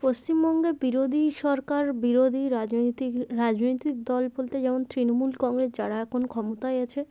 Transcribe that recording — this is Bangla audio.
পশ্চিমবঙ্গে বিরোধী সরকার বিরোধী রাজনৈতিক রাজনৈতিক দল বলতে যেমন তৃণমূল কংগ্রেস যারা এখন ক্ষমতায় আছে